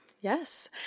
yes